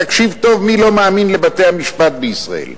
תקשיב טוב מי לא מאמין לבתי-המשפט בישראל,